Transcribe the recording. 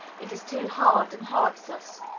it is too hard and hurts us.